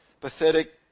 pathetic